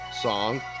song